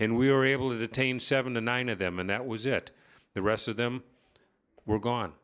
and we were able to detain seven or nine of them and that was it the rest of them were gone